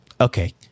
Okay